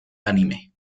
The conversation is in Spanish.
anime